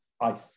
ice